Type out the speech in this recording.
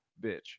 bitch